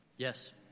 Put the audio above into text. Yes